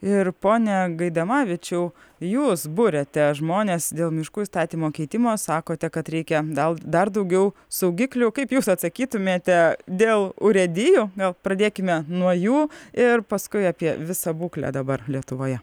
ir pone gaidamavičiau jūs buriate žmones dėl miškų įstatymo keitimo sakote kad reikia gal dar daugiau saugiklių kaip jūs atsakytumėte dėl urėdijų gal pradėkime nuo jų ir paskui apie visą būklę dabar lietuvoje